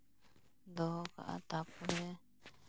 ᱫᱚᱦᱚ ᱠᱟᱜᱼᱟ ᱛᱟᱨᱯᱚᱨᱮ